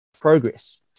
progress